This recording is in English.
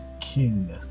king